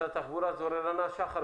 משרד התחבורה, רננה שחר,